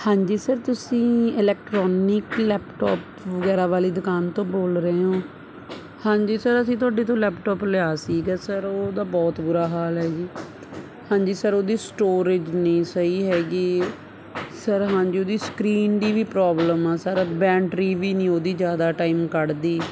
ਹਾਂਜੀ ਸਰ ਤੁਸੀਂ electronic laptop ਵਗੈਰਾ ਵਾਲੀ ਦੁਕਾਨ ਤੋਂ ਬੋਲ ਰਹੇ ਹੋ ਹਾਂਜੀ ਸਰ ਅਸੀਂ ਤੁਹਾਡੇ ਤੋਂ ਲੈਪਟੋਪ ਲਿਆ ਸੀਗਾ ਸਰ ਉਹਦਾ ਬਹੁਤ ਬੁਰਾ ਹਾਲ ਹੈ ਜੀ ਹਾਂਜੀ ਸਰ ਉਹਦੀ ਸਟੋਰੇਜ ਨਹੀਂ ਸਹੀ ਹੈਗੀ ਸਰ ਹਾਂਜੀ ਉਹਦੀ ਸਕਰੀਨ ਦੀ ਵੀ ਪ੍ਰੋਬਲਮ ਆ ਸਰ ਬੈਂਟਰੀ ਵੀ ਨਹੀਂ ਉਹਦੀ ਜ਼ਿਆਦਾ ਟਾਈਮ ਕੱਢਦੀ